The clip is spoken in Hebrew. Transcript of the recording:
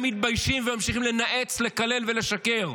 ואינכם מתביישים, וממשיכים לנאץ, לקלל ולשקר,